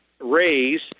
raise